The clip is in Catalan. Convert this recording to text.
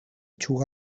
juga